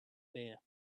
bear